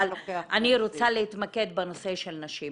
אבל אני רוצה להתמקד בנושא של נשים